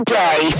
day